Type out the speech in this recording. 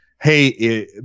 Hey